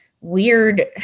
weird